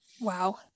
Wow